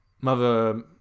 mother